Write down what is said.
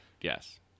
Yes